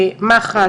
מח"ש,